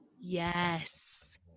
Yes